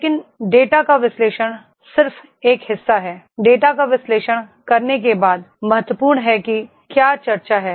लेकिन डेटा का विश्लेषण सिर्फ एक हिस्सा है डेटा का विश्लेषण करने के बाद महत्वपूर्ण है कि क्या चर्चा है